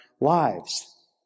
lives